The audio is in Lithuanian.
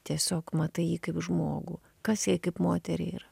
tiesiog matai jį kaip žmogų kas jai kaip moteriai yra